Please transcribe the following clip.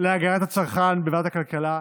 להגנת הצרכן בוועדת הכלכלה,